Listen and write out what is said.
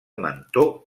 mentó